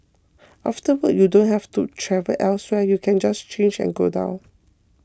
after work you don't have to travel elsewhere you can just change and go down